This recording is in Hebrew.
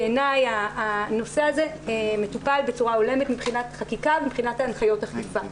בעיניי הנושא הזה מטופל בצורה הולמת מבחינת חקיקה ומבחינת הנחיות אכיפה.